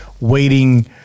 waiting